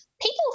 People